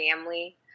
family